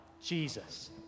Jesus